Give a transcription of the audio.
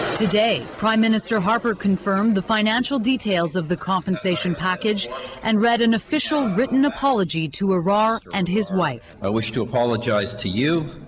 today, prime minister harper confirmed the financial details of the compensation package and read an official written apology to arar and his wife. i wish to apologise to you,